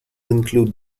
include